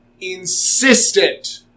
insistent